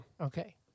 Okay